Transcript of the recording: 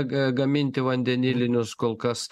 ga gaminti vandenilinius kol kas